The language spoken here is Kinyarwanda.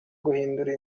guhindura